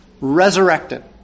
resurrected